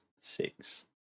Six